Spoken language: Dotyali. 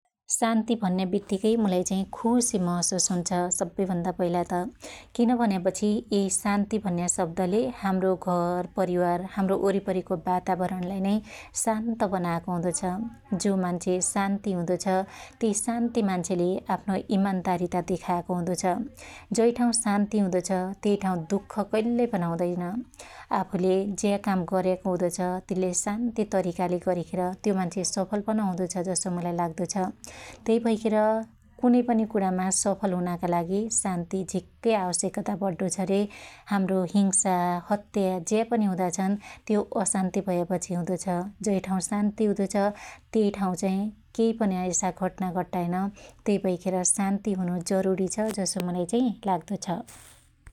शान्ति भन्या बित्तीकै मुलाई चाइ खुशी महशुस हुन्छ सब्बै भन्दा पहिला त । किन भन्यापछी यइ शान्ति भन्या शब्दले हाम्रो घर परीवार हाम्रो वरिपरीको वातावरणलाई नै शान्त बनायाको हुदो छ । जो मान्छे शान्ति हुदो छ त्यइ शान्ति मान्छेले आफ्नो इमान्दारीता देखायाको हुदो छ । जै ठाँउ शान्ति हुदो छ त्यई ठाँउ दुख कईल्लै पन हदैन । आफुले ज्या काम गर्याको हुदो छ तिल्ले शान्ति तरीकाले गरीखेर त्यो मान्छे सफल पन हुदो छ जसो मुलाई लाग्दो छ । त्यै भैखेर कुनै पनि कुणामा सफल हुनाका लागि शान्ति झिक्कै आवश्यकता पड्डो छ रे हाम्रो हिंसा हत्या ज्या पनि हुदा छन त्यो असान्ति भयापछी हुदो छ । जै ठाँउ शान्ति हुदो छ त्यै ठाँउ चाइ कैपनि यसा घटना घट्टाईन तै भैखेर शान्ति हुनु जरुणी छ जसो मुलाई चाइ लाग्दो छ ।